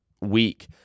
week